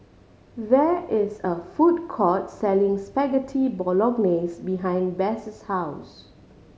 there is a food court selling Spaghetti Bolognese behind Bess' house